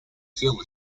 hill